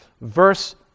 Verse